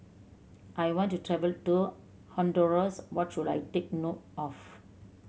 I want to travel to Honduras what should I take note of